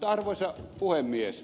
arvoisa puhemies